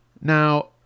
now